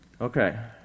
Okay